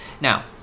Now